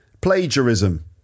plagiarism